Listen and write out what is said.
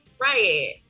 Right